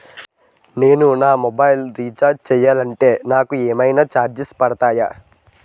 నేను నా mobile recharge చేయాలంటే నాకు ఏమైనా చార్జెస్ పడతాయా?